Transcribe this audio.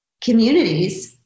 communities